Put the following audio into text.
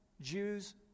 Jews